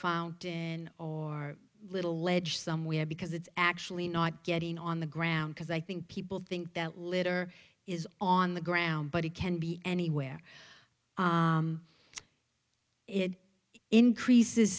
fountain or a little ledge somewhere because it's actually not getting on the ground because i think people think that litter is on the ground but it can be anywhere it increases